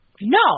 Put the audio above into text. no